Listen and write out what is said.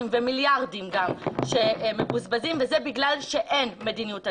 ומיליארדים שמבוזבזים וזה בגלל שאין מדיניות הגירה.